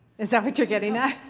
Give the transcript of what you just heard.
is that what you're getting at?